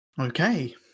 Okay